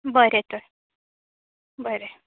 बरें तर बरें